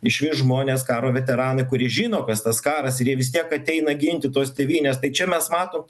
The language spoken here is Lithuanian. išvis žmonės karo veteranai kurie žino kas tas karas ir jie vis tiek ateina ginti tos tėvynės tai čia mes matot